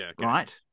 right